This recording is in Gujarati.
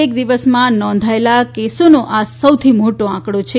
એક દિવસમાં નોંધાયેલા કેસોનો આ સૌથી મોટો આંક છે